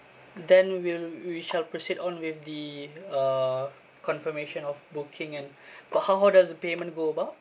then we'll we shall proceed on with the uh confirmation of booking and but how how does the payment go about